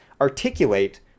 articulate